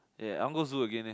yeah I want go zoo again leh